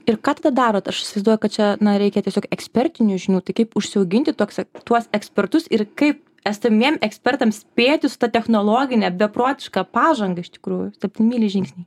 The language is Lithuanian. ir ką tada darot aš įsivaizduoju kad čia na reikia tiesiog ekspertinių žinių tai kaip užsiauginti toks tuos ekspertus ir kaip esamiem ekspertams spėti su ta technologine beprotiška pažanga iš tikrųjų septynmyliai žingsniai